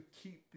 keep